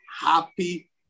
happy